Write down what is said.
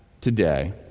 today